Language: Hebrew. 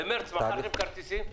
במרס מכרתם כרטיסים?